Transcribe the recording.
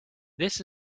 this